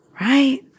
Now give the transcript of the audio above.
Right